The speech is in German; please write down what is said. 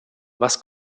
was